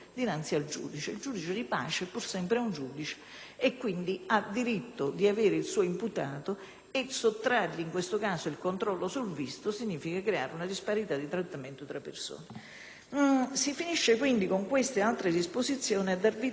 Sottrargli, in questo caso, il controllo sul visto significa creare una disparità di trattamento tra persone. Si finisce con questa ed altre disposizioni a dare vita ad un diritto speciale, fondato su una sostanziale sospensione di diritti e garanzie fondamentali che riguarda le persone.